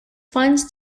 funds